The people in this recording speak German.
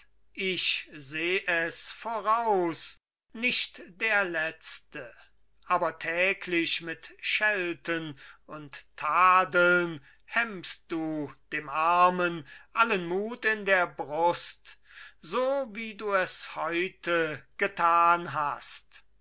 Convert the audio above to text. ich seh es voraus nicht der letzte aber täglich mit schelten und tadeln hemmst du dem armen allen mut in der brust so wie du es heute getan hast